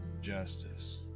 justice